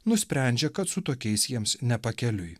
nusprendžia kad su tokiais jiems ne pakeliui